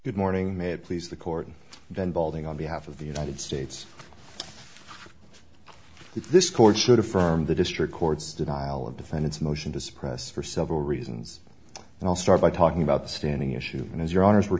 good morning made please the court then balding on behalf of the united states this court should affirm the district court's denial of defense motion to suppress for several reasons and i'll start by talking about the standing issue and as your honors were